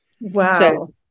wow